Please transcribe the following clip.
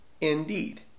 indeed